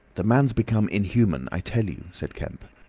the man's become inhuman, i tell you, said kemp.